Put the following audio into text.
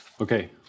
Okay